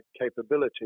capability